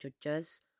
judges